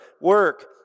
work